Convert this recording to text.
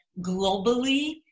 globally